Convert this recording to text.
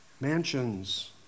mansions